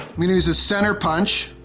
i'm gonna use a center punch,